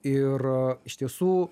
ir iš tiesų